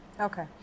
Okay